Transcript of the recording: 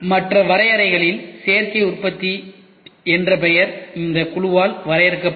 மற்ற வரையறைகளில் சேர்க்கை உற்பத்தி என்ற பெயர் இந்த குழுவால் வரையறுக்கப்பட்டது